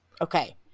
okay